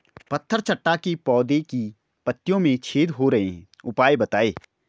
पत्थर चट्टा के पौधें की पत्तियों में छेद हो रहे हैं उपाय बताएं?